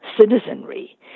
citizenry